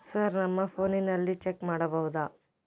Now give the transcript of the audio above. Sir ನಮ್ಮ ಫೋನಿನಲ್ಲಿ check ಮಾಡಬಹುದಾ?